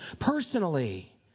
personally